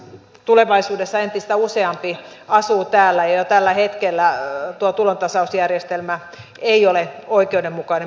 tulevaisuudessa entistä useampi asuu täällä ja tällä hetkellä tuo tulontasausjärjestelmä ei ole oikeudenmukainen